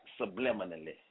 subliminally